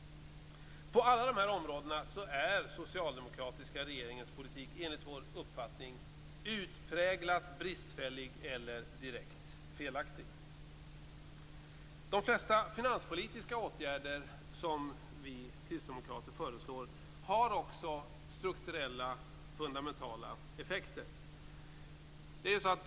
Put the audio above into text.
På alla dessa områden är den socialdemokratiska regeringens politik enligt vår uppfattning utpräglat bristfällig eller direkt felaktig. De flesta finanspolitiska åtgärder som vi kristdemokrater föreslår har också fundamentala strukturella effekter.